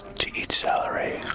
to eat celery,